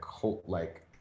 cult-like